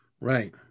Right